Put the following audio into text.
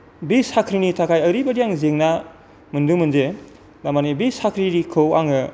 बे साख्रिनि थाखाय आङो ओरैबायदि जेंना मोन्दोंमोन जे तारमाने बे साख्रिखौ आङो